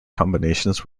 combinations